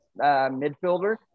midfielder